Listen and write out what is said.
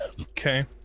Okay